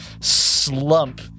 slump